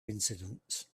incidents